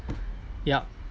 yup